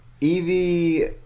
Evie